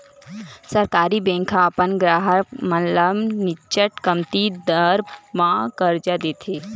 सहकारी बेंक ह अपन गराहक मन ल निच्चट कमती दर म करजा देथे